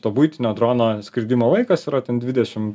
to buitinio drono skridimo laikas yra dvidešim